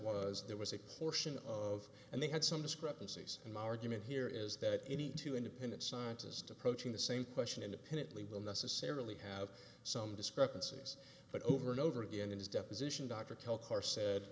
was there was a portion of and they had some discrepancies in my argument here is that any two independent scientists approaching the same question independently will necessarily have some discrepancies but over and over again in his deposition dr tell carr said